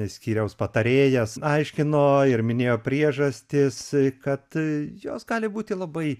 skyriaus patarėjas aiškino ir minėjo priežastis kad jos gali būti labai